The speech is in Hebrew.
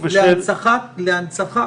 להנצחה.